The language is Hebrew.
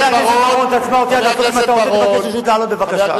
אם אתה רוצה, תבקש רשות לעלות בבקשה.